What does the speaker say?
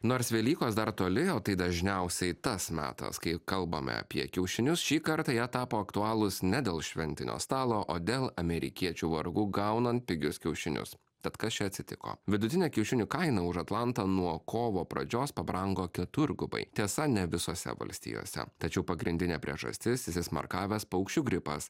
nors velykos dar toli o tai dažniausiai tas metas kai kalbame apie kiaušinius šį kartą jie tapo aktualūs ne dėl šventinio stalo o dėl amerikiečių vargų gaunant pigius kiaušinius tad kas čia atsitiko vidutinė kiaušinių kaina už atlanto nuo kovo pradžios pabrango keturgubai tiesa ne visose valstijose tačiau pagrindinė priežastis įsismarkavęs paukščių gripas